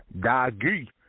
Doggy